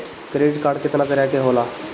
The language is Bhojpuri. क्रेडिट कार्ड कितना तरह के होला?